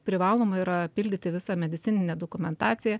privaloma yra pildyti visą medicininę dokumentaciją